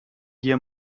hier